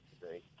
today